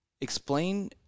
explain